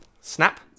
Snap